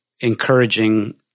encouraging